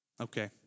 Okay